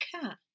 cat